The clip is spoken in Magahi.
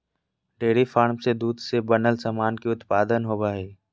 डेयरी फार्म से दूध से बनल सामान के उत्पादन होवो हय